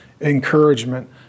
encouragement